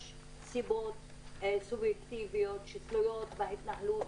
יש סיבות סובייקטיביות שתלויות בהתנהלות,